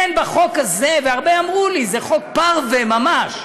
אין בחוק הזה, והרבה אמרו לי, זה חוק פרווה ממש.